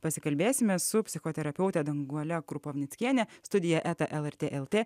pasikalbėsime su psichoterapeutė danguolė krupovnickienė studija eta lrt lt